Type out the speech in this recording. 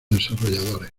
desarrolladores